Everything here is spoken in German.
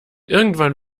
irgendwann